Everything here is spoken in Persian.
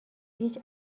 هیچ